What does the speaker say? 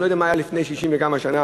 אני לא יודע מה היה לפני 60 וכמה שנה,